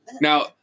Now